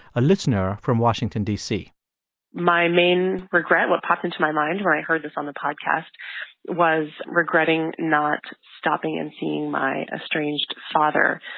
a listener from washington, d c my main regret what popped into my mind when i heard this on the podcast was regretting not stopping and seeing my estranged father.